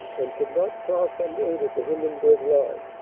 and could not cross un aided the hindenburg line,